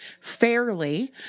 fairly